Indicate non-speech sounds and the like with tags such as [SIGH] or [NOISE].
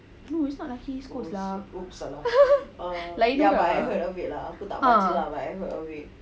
!aiyo! is not the east coast lah [LAUGHS] laila ah